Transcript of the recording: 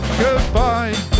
goodbye